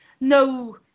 no